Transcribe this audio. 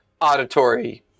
auditory